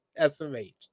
SMH